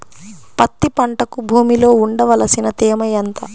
పత్తి పంటకు భూమిలో ఉండవలసిన తేమ ఎంత?